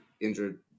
injured